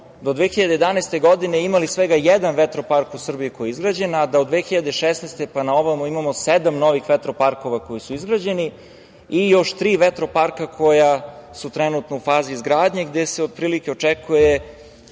do 2011. godine imali svega jedan vetropark u Srbiji koji je izgrađen, a da od 2016. godine pa naovamo imamo sedam novih vetroparkova koji su izgrađeni i još tri vetroparka koja su trenutno u fazi izgradnje, gde se otprilike očekuje